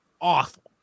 awful